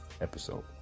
Episode